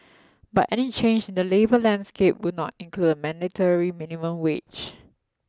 but any change in the labour landscape would not include a mandatory minimum wage